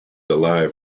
alive